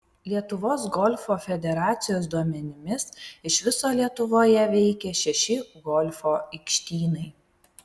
lietuvos golfo federacijos duomenimis iš viso lietuvoje veikia šeši golfo aikštynai